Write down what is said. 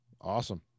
Awesome